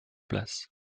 place